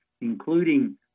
including